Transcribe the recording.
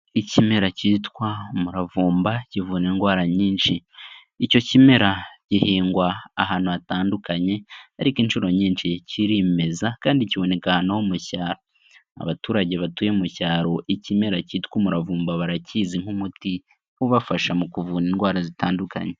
Ikimera cyitwa umuravumba kivura indwara nyinshi, icyo kimera gihingwa ahantu hatandukanye ariko inshuro nyinshi kirimeza kandi kiboneka ahantu ho mu cyaro, abaturage batuye mu cyaro, ikimera cyitwa umuravumba barakizi nk'umuti ubafasha mu kuvura indwara zitandukanye.